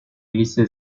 glissé